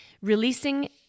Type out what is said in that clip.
releasing